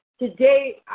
Today